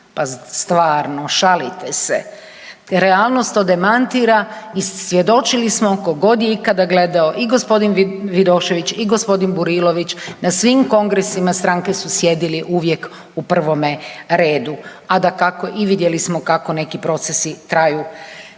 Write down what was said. Pa stvarno, šalite se. Realnost to demantira i svjedočili smo ko god je ikada gledao i g. Vidošević i g. Burilović na svim kongresima stranke su sjedili uvijek u prvome redu, a dakako i vidjeli smo kako neki procesu traju